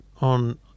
on